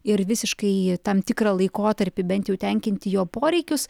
ir visiškai tam tikrą laikotarpį bent jau tenkinti jo poreikius